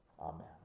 amen